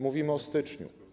Mówimy o styczniu.